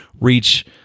reach